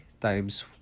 times